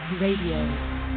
Radio